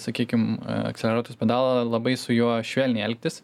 sakykim akceleratoriaus pedalą labai su juo švelniai elgtis